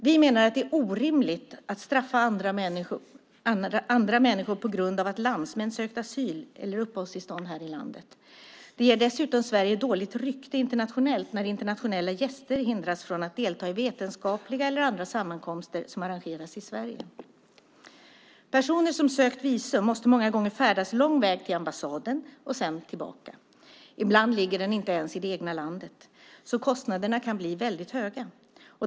Vi menar att det är orimligt att straffa människor på grund av att landsmän sökt asyl eller uppehållstillstånd här i landet. Det ger dessutom Sverige dåligt rykte internationellt när internationella gäster hindras från att delta i vetenskapliga eller andra sammankomster som arrangeras i Sverige. Personer som söker visum måste många gånger färdas lång väg till ambassaden och sedan tillbaka. Ibland ligger den inte ens i det egna landet, så kostnaderna kan bli väldigt höga.